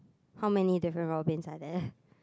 how many different Robins are there